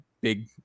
big